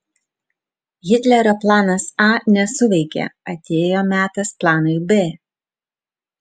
hitlerio planas a nesuveikė atėjo metas planui b